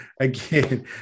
again